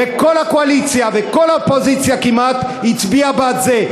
וכל הקואליציה וכל האופוזיציה כמעט הצביעו בעד זה.